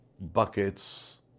buckets